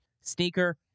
Sneaker